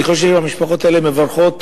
אני חושב שהמשפחות האלה מברכות